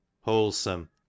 wholesome